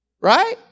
Right